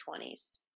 20s